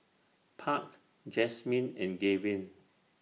Park Jasmyn and Gavin